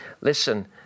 Listen